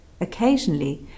Occasionally